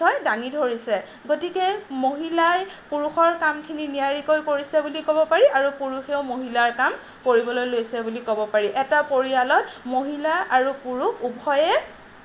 পৰিচয় দাঙি ধৰিছে গতিকে মহিলাই পুৰুষৰ কামখিনি নিয়াৰিকৈ কৰিছে বুলি ক'ব পাৰি আৰু পুৰুষেও মহিলাৰ কাম কৰিবলৈ লৈছে বুলি ক'ব পাৰি এটা পৰিয়ালত মহিলা আৰু পুৰুষ উভয়ে